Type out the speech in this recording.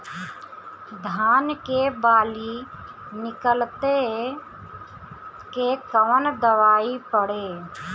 धान के बाली निकलते के कवन दवाई पढ़े?